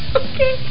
okay